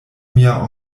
mia